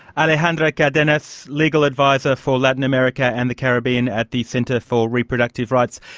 alejandra cardenas, legal adviser for latin america and the caribbean at the centre for reproductive rights,